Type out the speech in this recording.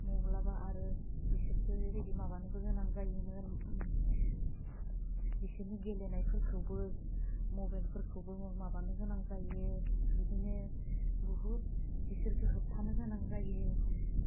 मब्लाबा आरो बिसोरखो बेबायदि माबानोबो गोनां जायोमोन उम बिसिनि गेलेनायफोरखौबो मबेलफोरखौबो माबानो गोनां जायो बिदिनो बहुद बिसोरखो होब्थानो गोनां जायो